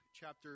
chapter